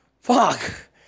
fuck